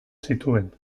zituen